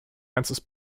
ganzes